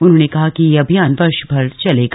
उन्होंने कहा कि यह अभियान वर्षभर चलेगा